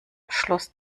schloss